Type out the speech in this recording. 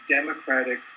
democratic